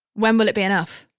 when will it be enough?